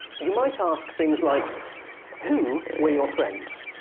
you might ask things like who were your friends?